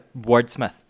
wordsmith